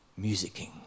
Musicking